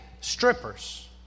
strippers